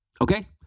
Okay